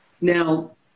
Now